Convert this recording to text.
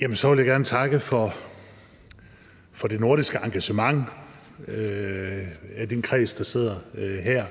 vil jeg gerne takke for det nordiske engagement i den kreds, der sidder her.